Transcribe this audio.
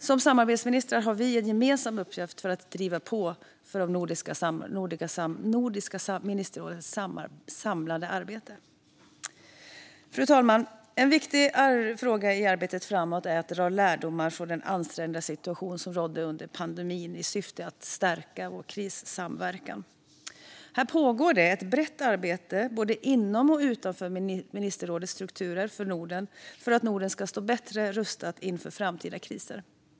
Som samarbetsministrar har vi en gemensam uppgift i att driva på Nordiska ministerrådets samlade arbete. Fru talman! En viktig fråga i arbetet framåt är att dra lärdomar från den ansträngda situation som rådde under pandemin i syfte att stärka vår krissamverkan. Det pågår ett brett arbete både inom och utanför ministerrådets strukturer för Norden för att Norden ska stå bättre rustat inför framtida kriser.